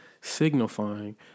signifying